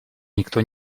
никто